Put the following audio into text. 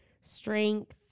strength